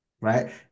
right